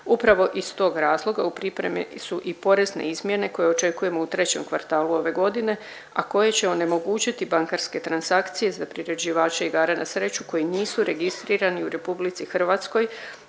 Upravo iz tog zakona u pripremi su i porezne izmjene koje očekujemo u trećem kvartalu ove godine, a koje će onemogućiti bankarske transakcije za priređivače igara na sreću koji nisu registrirani u RH jer se samo